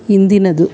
ಹಿಂದಿನದು